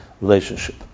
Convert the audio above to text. relationship